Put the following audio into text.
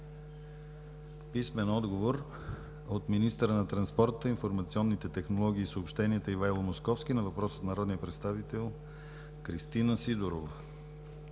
Търновалийски; - министъра на транспорта, информационните технологии и съобщенията Ивайло Московски на въпрос от народния представител Кристина Сидерова;